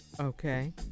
Okay